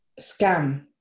scam